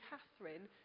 Catherine